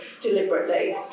deliberately